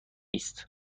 است